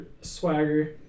swagger